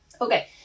Okay